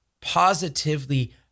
positively